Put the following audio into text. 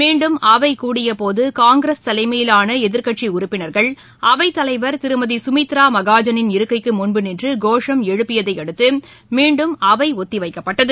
மீண்டும் அவை கூடியபோது காங்கிரஸ் தலைமையிலான எதிர்க்கட்சி உறுப்பினர்கள் அவைத் தலைவர் திருமதி சுமித்ரா மகாஜனின் இருக்கைக்கு முன்பு நின்று கோஷம் எழுப்பியதை அடுத்து மீண்டும் அவை ஒத்தி வைக்கப்பட்டது